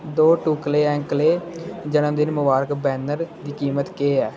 दो टुकड़े हैंकले जनमदिन मुबारकी बैनर दी कीमत केह् ऐ